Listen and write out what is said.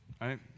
right